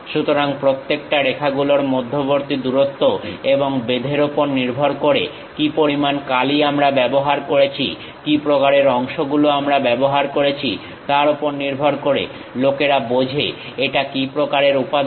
সুতরাং প্রত্যেকটা রেখাগুলোর মধ্যবর্তী দূরত্ব এবং বেধের ওপর নির্ভর করে কি পরিমাণ কালি আমরা ব্যবহার করেছি কি প্রকারের অংশগুলো আমরা ব্যবহার করেছি তার ওপর নির্ভর করে লোকেরা বোঝে এটা কি প্রকারের উপাদান